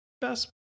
best